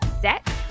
set